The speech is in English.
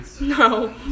No